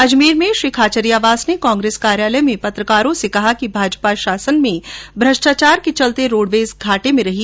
अजमेर में श्री खाचरियावास ने कांग्रेस कार्यालय में पत्रकारों से कहा कि भाजपा शासन में भ्रष्टाचार के चलते रोडवेज घाटे में रही